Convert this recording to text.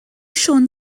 siôn